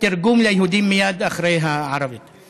תרגום ליהודים מייד אחרי הערבית.